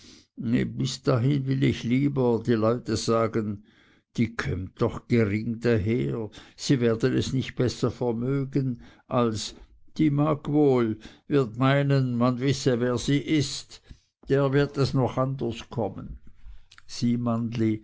bis dahin will ich lieber die leute sagen die kömmt doch gering da her sie werden es nicht besser vermögen als die mag wohl wird meinen man wisse nicht wer sie ist der wird es noch anders kommen sieh mannli